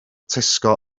tesco